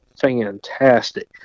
fantastic